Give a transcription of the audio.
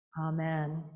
amen